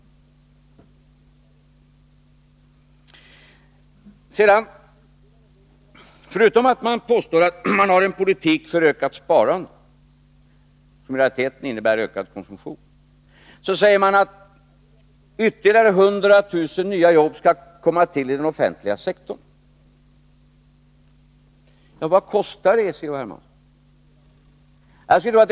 Förutom påståendet att man för en politik för ökat Nr 50 sparande, som i realiteten innebär ökad konsumtion, säger man att Onsdagen den ytterligare 100 000 nya jobb skall komma till i den offentliga sektorn. Vad 15 december 1982 kostar det, C.-H. Hermansson?